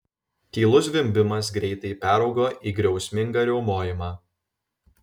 tylus zvimbimas greitai peraugo į griausmingą riaumojimą